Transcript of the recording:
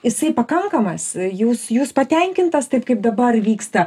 jisai pakankamas jūs jūs patenkintas taip kaip dabar vyksta